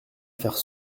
faire